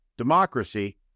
Democracy